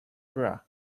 bra